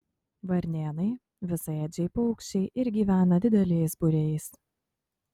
varnėnai visaėdžiai paukščiai ir gyvena dideliais būriais